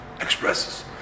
expresses